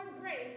grace